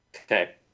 Okay